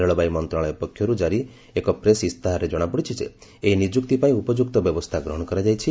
ରେଳବାଇ ମନ୍ତ୍ରଣାଳୟ ପକ୍ଷରୁ ଜାରି ଏକ ପ୍ରେସ ଇସ୍ତାହାରରେ ଜଣାପଡିଛି ଯେ ଏହି ନିଯୁକ୍ତି ପାଇଁ ଉପଯୁକ୍ତ ବ୍ୟବସ୍ଥା କରାଯାଇଛି